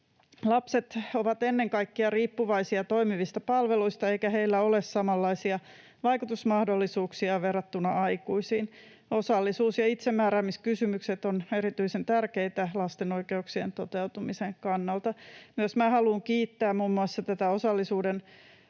Lapset ovat ennen kaikkea riippuvaisia toimivista palveluista, eikä heillä ole samalaisia vaikutusmahdollisuuksia verrattuna aikuisiin. Osallisuus- ja itsemääräämiskysymykset ovat erityisen tärkeitä lasten oikeuksien toteutumisen kannalta. Myös minä haluan